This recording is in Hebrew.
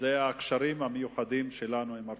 הקשרים המיוחדים שלנו עם ארצות-הברית.